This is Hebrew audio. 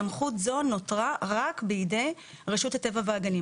סמכות זו נותרה רק בידי רשות הטבע והגנים.